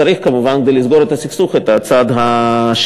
צריך, כמובן, כדי לסגור את הסכסוך, את הצד השני.